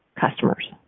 customers